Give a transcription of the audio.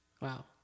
Wow